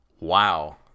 Wow